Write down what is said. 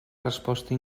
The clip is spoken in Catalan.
resposta